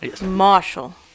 Marshall